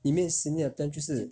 里面 senior attend 就是